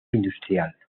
industrial